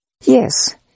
Yes